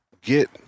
get